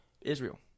Israel